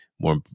more